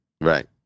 Right